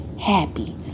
happy